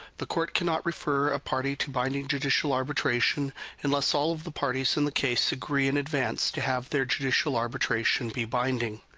the court cannot refer a party to binding judicial arbitration unless all of the parties in the case agree in advance to have their judicial arbitration be binding.